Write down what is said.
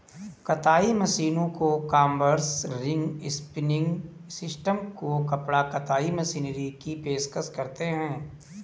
कताई मशीनों को कॉम्बर्स, रिंग स्पिनिंग सिस्टम को कपड़ा कताई मशीनरी की पेशकश करते हैं